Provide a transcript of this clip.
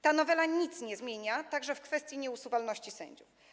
Ta nowela nic nie zmienia także w kwestii nieusuwalności sędziów.